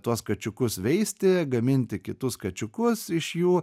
tuos kačiukus veisti gaminti kitus kačiukus iš jų